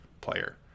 player